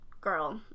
girl